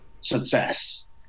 success